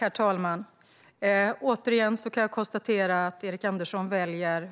Herr talman! Återigen kan jag konstatera att Erik Andersson väljer